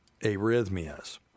arrhythmias